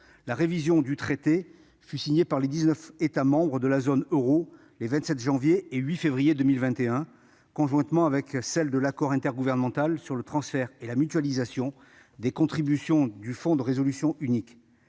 révisant le traité a été signé par les dix-neuf États membres de la zone euro les 27 janvier et 8 février 2021, conjointement avec l'accord modifiant l'accord intergouvernemental sur le transfert et la mutualisation des contributions au Fonds de résolution unique.